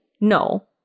No